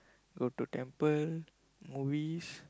go to temple movies